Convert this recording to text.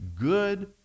good